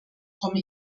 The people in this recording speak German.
komme